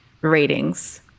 ratings